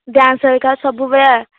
dance ହେରିକା ସବୁ ବେଳା